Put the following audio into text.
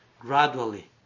Gradually